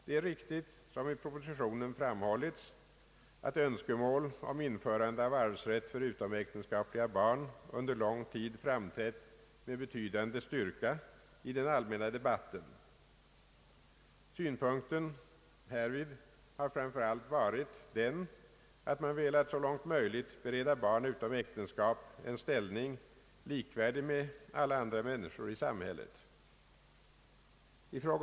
Det är riktigt, som i propositionen framhållits, att önskemål om införande av arvsrätt för utomäktenskapliga barn under lång tid framträtt med betydande styrka i den allmänna debatten. Synpunkten har härvid framför allt varit den att man velat så långt som möjligt bereda barn utom äktenskap en ställning likvärdig med den alla andra människor har i samhället.